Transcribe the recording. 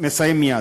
מסיים מייד.